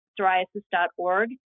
psoriasis.org